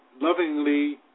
lovingly